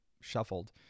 shuffled